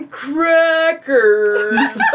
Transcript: crackers